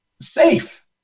safe